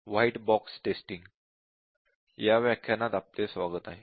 white box testing या व्याखानात आपले स्वागत आहे